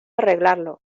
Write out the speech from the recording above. arreglarlo